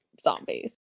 zombies